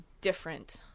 different